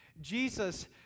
Jesus